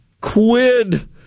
Quid